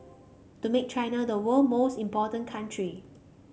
to make China the world most important country